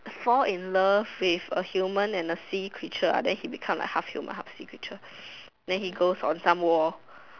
fall in love with a human and a sea creature then he become like half human half sea creature then he goes on some war